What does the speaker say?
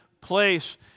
place